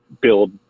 build